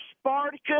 Spartacus